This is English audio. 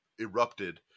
erupted